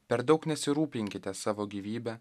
per daug nesirūpinkite savo gyvybe